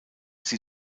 sie